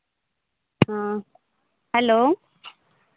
ᱦᱮᱸ ᱦᱮᱞᱳ